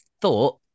thought